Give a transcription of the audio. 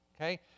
Okay